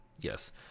yes